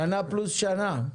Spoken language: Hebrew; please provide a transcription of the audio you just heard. שנה פלוס שנה.